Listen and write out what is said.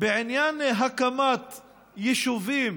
בעניין הקמת יישובים